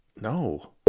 No